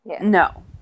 No